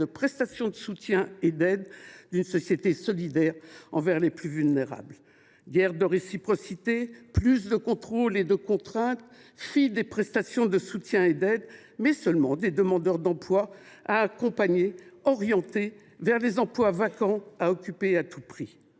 prestations de soutien et d’aide » d’une société solidaire envers les plus vulnérables. Guère de réciprocité, plus de contrôle et de contraintes, mépris des prestations de soutien et d’aide : il n’y a plus que des demandeurs d’emploi à accompagner et à orienter vers des emplois vacants devant être occupés à tout prix.